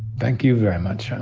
thank you very much.